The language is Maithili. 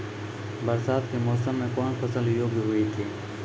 बरसात के मौसम मे कौन फसल योग्य हुई थी?